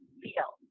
feel